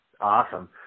Awesome